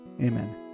Amen